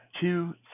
two